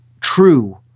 true